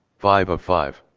five of five.